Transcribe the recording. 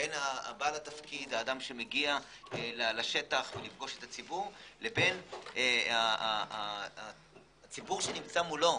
בין האדם שמגיע לשטח לפגוש את הציבור לבין הציבור שנמצא מולו,